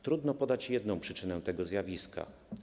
Trudno podać jedną przyczynę tego zjawiska.